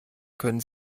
können